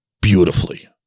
Beautifully